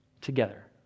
together